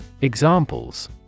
Examples